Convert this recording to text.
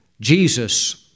Jesus